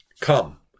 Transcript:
Come